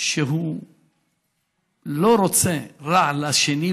שהוא לא רוצה רע לשני,